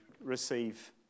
receive